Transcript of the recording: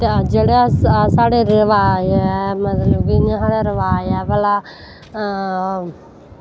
जेह्ड़े साढ़े रवाज़ ऐ मतलव इयां साढ़ै रवाज़ ऐ भला